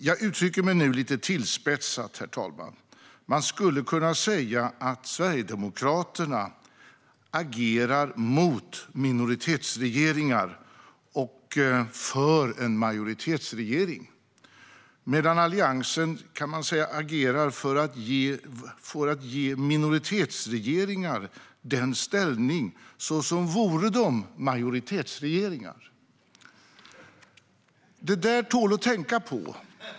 Jag uttrycker mig nu lite tillspetsat, herr talman: Man skulle kunna säga att Sverigedemokraterna agerar mot minoritetsregeringar och för en majoritetsregering medan Alliansen, kan man säga, agerar för att ge minoritetsregeringar en ställning som vore de majoritetsregeringar. Det där tål att tänka på.